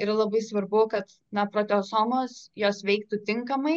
yra labai svarbu kad na proteosomos jos veiktų tinkamai